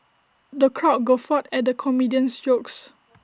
the crowd guffawed at the comedian's jokes